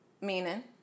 Meaning